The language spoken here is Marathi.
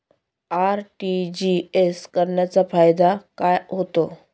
आर.टी.जी.एस करण्याचा फायदा काय होतो?